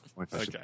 Okay